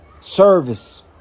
Service